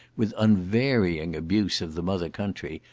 with unvarying abuse of the mother country,